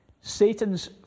Satan's